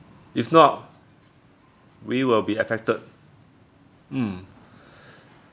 if not we will be affected mm